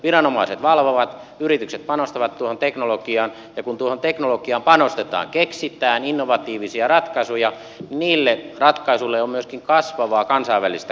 viranomaiset valvovat yritykset panostavat tuohon teknologiaan ja kun tuohon teknologiaan panostetaan keksitään innovatiivisia ratkaisuja niille ratkaisuille on myöskin kasvavaa kansainvälistä kysyntää